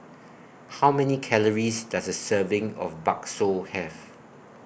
How Many Calories Does A Serving of Bakso Have